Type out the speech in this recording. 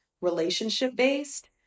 relationship-based